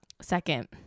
second